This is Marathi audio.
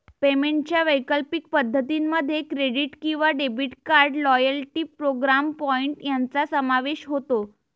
पेमेंटच्या वैकल्पिक पद्धतीं मध्ये क्रेडिट किंवा debit card, loyalty program point यांचा समावेश होतो